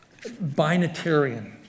binatarian